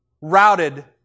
routed